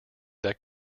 that